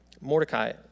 Mordecai